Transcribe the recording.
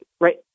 right